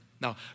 Now